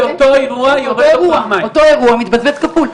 באותו אירוע מתבזבז כפול.